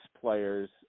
players